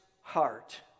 heart